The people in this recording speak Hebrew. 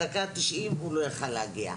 בדקה ה-90 הוא לא יכול היה להגיע.